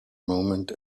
moment